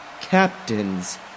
Captains